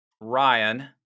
Ryan